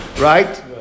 Right